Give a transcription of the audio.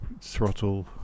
throttle